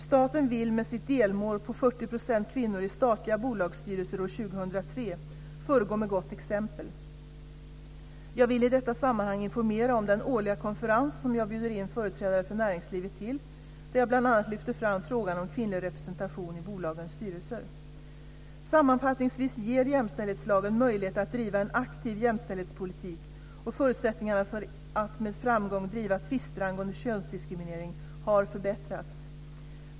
Staten vill med sitt delmål på 40 % kvinnor i statliga bolagsstyrelser år 2003 föregå med gott exempel. Jag vill i detta sammanhang informera om den årliga konferens som jag bjuder in företrädare för näringslivet till, där jag bl.a. lyfter fram frågan om kvinnlig representation i bolagens styrelser. Sammanfattningsvis ger jämställdhetslagen möjlighet att driva en aktiv jämställdhetspolitik, och förutsättningarna för att med framgång driva tvister angående könsdiskriminering har förbättrats.